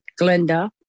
Glenda